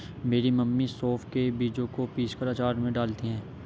मेरी मम्मी सौंफ के बीजों को पीसकर अचार में डालती हैं